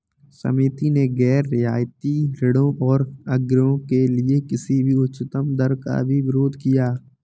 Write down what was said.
समिति ने गैर रियायती ऋणों और अग्रिमों के लिए किसी भी उच्चतम दर का भी विरोध किया